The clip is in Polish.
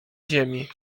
ziemi